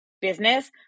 business